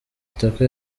kitoko